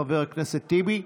של חבר הכנסת טיבי.